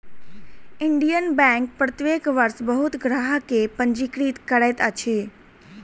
Indian Bank प्रत्येक वर्ष बहुत ग्राहक के पंजीकृत करैत अछि